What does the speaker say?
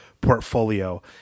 portfolio